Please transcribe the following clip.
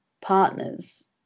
partners